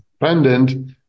dependent